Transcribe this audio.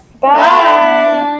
Bye